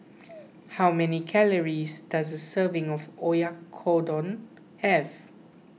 how many calories does a serving of Oyakodon have